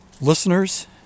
listeners